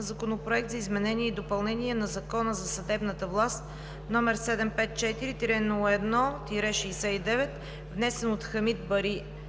Законопроект за изменение и допълнение на Закона за съдебната власт, № 754-01-69, внесен от Хамид Бари